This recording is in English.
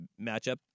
matchup